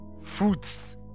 fruits